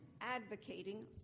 advocating